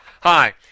Hi